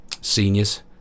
seniors